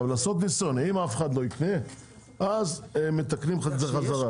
לעשות ניסיון, אם אף אחד לא יקנה, אז מתקנים חזרה.